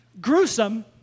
Gruesome